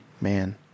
man